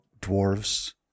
dwarves